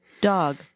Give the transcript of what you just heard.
dog